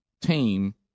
team